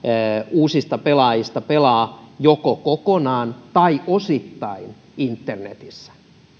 uusista pelaajista pelaa joko kokonaan tai osittain internetissä